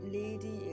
lady